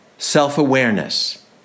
self-awareness